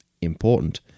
important